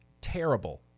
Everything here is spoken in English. Terrible